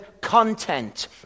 content